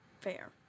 Fair